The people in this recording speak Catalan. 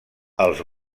els